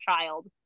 child